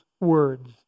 words